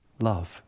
love